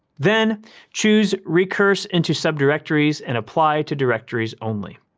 then choose recurse into sub-directories and apply to directories only.